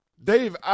Dave